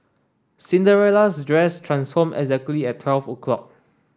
Cinderella's dress transformed exactly at twelve o'clock